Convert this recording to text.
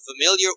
familiar